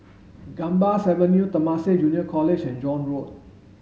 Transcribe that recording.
Gambas Avenue Temasek Junior College and John Road